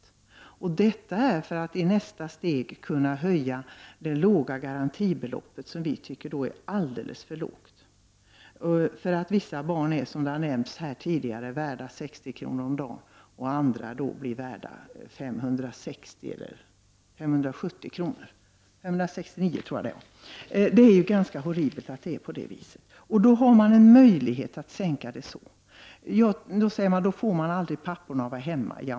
Detta vill vi göra för att i nästa steg kunna höja garantibeloppet, som vi tycker är alldeles för lågt. Som det har sagts här tidigare, är vissa barn värda 60 kr. om dagen, medan andra blir värda 569 kr., tror jag att det är. Det är ganska horribelt att det är på det viset. Då finns det de som säger att i så fall kommer papporna aldrig att stanna hemma.